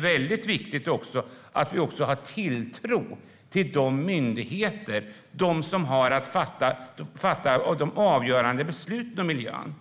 väldigt viktigt att vi har tilltro till de myndigheter som har att fatta de avgörande besluten om miljön.